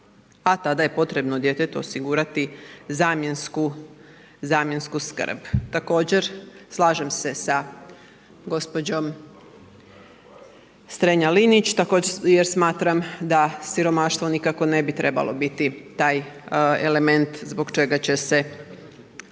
a tada je potrebno djetetu osigurati zamjensku skrb. Također, slažem se sa gospođom Strenja-Linić jer smatram da siromaštvo nikako ne bi trebalo biti taj element zbog čega će se